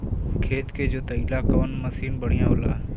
खेत के जोतईला कवन मसीन बढ़ियां होला?